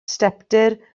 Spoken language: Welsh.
stepdir